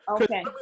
Okay